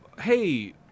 hey